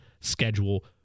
schedule